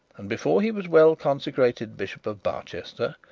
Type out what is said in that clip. and before he was well consecrated bishop of barchester,